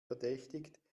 verdächtigt